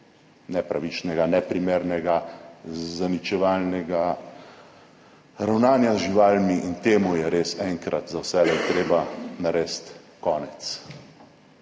nepravičnega, neprimernega, zaničevalnega ravnanja z živalmi in temu je res enkrat za vselej treba narediti konec.